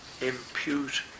impute